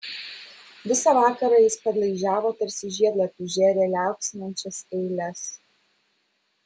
visą vakarą jis padlaižiavo tarsi žiedlapius žėrė liaupsinančias eiles